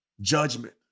judgment